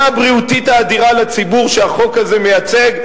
הבריאותית האדירה לציבור שהחוק הזה מייצג,